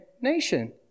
nation